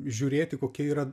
žiūrėti kokie yra